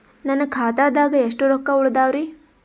ನನ್ನ ಖಾತಾದಾಗ ಎಷ್ಟ ರೊಕ್ಕ ಉಳದಾವರಿ?